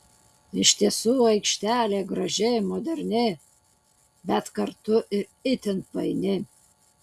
iš tiesų aikštelė graži moderni bet kartu ir itin paini